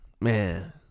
Man